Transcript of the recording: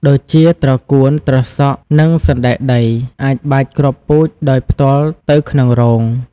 ដូចជា ត្រកួន ត្រសក់ និង សណ្ដែកដី អាចបាចគ្រាប់ពូជដោយផ្ទាល់ទៅក្នុងរង។